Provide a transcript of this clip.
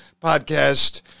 podcast